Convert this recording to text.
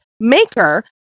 maker